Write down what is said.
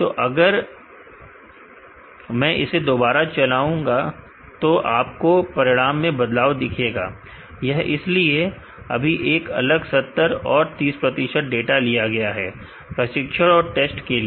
तो अगर मैं इसे दोबारा चलाओ तो आपको परिणाम में बदलाव दिखेगा यह इसलिए क्योंकि अभी एक अलग 70 और 30 प्रतिशत डाटा लिया गया है प्रशिक्षण और टेस्ट के लिए